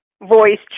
voice